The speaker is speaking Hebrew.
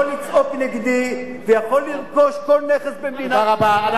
יכול לצעוק נגדי ויכול לרכוש כל נכס במדינת ישראל.